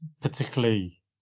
particularly